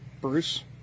Bruce